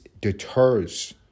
deters